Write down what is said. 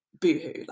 boohoo